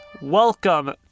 welcome